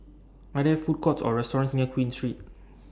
Are There Food Courts Or restaurants near Queen Street